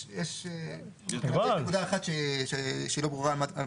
יש נקודה אחת שהיא לא ברורה.